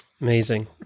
Amazing